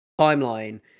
timeline